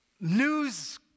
news